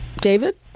David